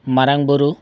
ᱢᱟᱨᱟᱝ ᱵᱩᱨᱩ